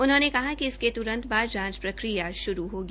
उन्होंने कहा कि इसके तुरंत बाद जांच प्रक्रिया शुरू होगी